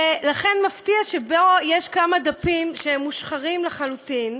ולכן מפתיע שבו יש כמה דפים מושחרים לחלוטין,